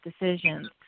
decisions